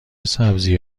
سبزی